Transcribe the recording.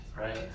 right